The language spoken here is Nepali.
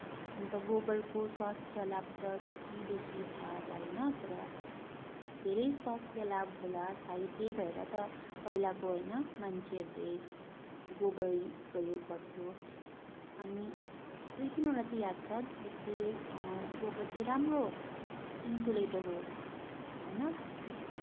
अन्त गोबरको स्वास्थ्य लाभ त त्यति बेसी थाहा भएन तर धेरै स्वास्थ्य लाभ होला सायद त्यही भएर त पहिलाको होइन मान्छेहरूले गोबर प्रयोग गर्थ्यो अनि दुई तिनवटा चाहिँ याद छ जस्तै गोबर चाहिँ राम्रो इनसुलेटर हो होइन